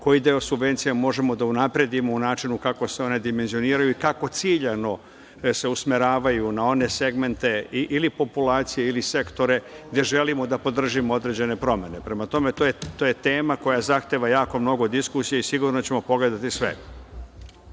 koji deo subvencija možemo da unapredimo u načinu kako se one dimenzioniraju i kako ciljano da se usmeravaju na one segmente ili populacije ili sektore gde želimo da podržimo određene promene. Prema tome, to je tema koja zahteva jako mnogo diskusija i sigurno da ćemo pogledati sve. Što